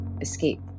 escape